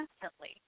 constantly